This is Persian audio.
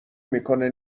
میکنه